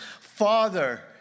Father